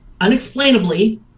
unexplainably